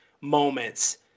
moments